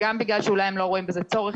אולי בגלל שהם לא רואים בזה צורך,